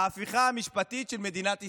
ההפיכה המשפטית של מדינת ישראל.